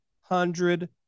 hundred